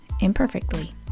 imperfectly